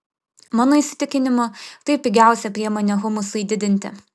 mano įsitikinimu tai pigiausia priemonė humusui didinti